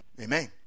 amen